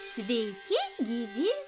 sveiki gyvi